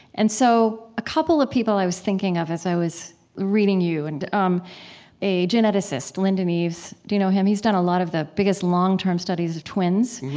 and so a couple of people i was thinking of as i was reading you, and um a geneticist, lindon eaves, do you know him? he's done a lot of the biggest long-term studies of twins,